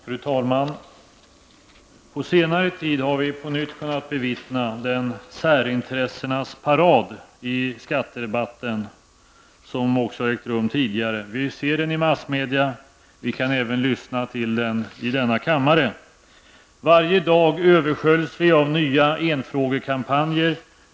Fru talman! På senare tid har vi på nytt kunnat bevittna den särintressenas parad i skattedebatten som också har ägt rum tidigare. Vi ser den i massmedia. Vi kan även lyssna till den i denna kammare. Varje dag översköljs vi av nya enfrågekampanjer.